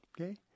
okay